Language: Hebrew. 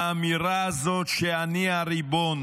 האמירה הזאת: אני הריבון,